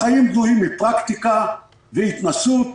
החיים בנויים מפרקטיקה והתנסות.